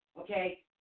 okay